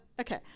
Okay